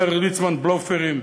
אומר ליצמן, בלופרים.